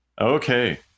Okay